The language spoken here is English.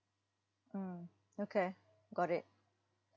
mm okay got it